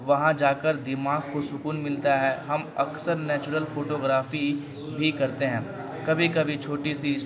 وہاں جا کر دماغ کو سکون ملتا ہے ہم اکثر نیچرل فوٹو گرافی بھی کرتے ہیں کبھی کبھی چھوٹی سی